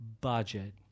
budget